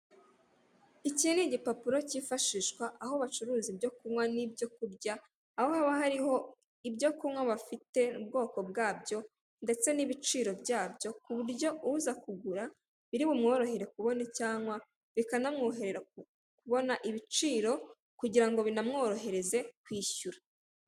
Iki ni igipapuro kifashishwa aho bacururiza ibyo kunywa n'ibyo kurya, aho haba hariho ibyo kunywa bafite ubwoko bwabyo ndetse n'ibiciro byabyo ku buryo uza kugura biri bumworohere kubona icyo anywa bikanamworohera kubona ibiciro kugira ngo binamworohereze kwishyura.